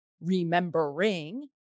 remembering